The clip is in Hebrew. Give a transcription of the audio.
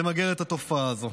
למגר את התופעה הזאת.